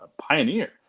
pioneer